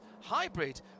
hybrid